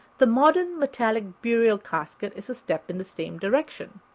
the modern metallic burial casket is a step in the same direction,